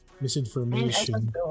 Misinformation